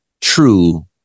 true